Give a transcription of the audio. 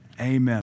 Amen